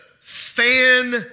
fan